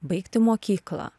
baigti mokyklą